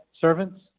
servants